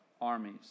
armies